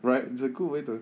right it's a good way to